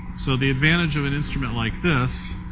so the advantage of an instrument like this